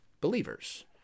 believers